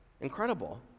Incredible